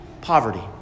poverty